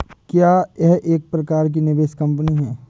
क्या यह एक प्रकार की निवेश कंपनी है?